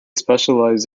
specialised